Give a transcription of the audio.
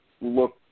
look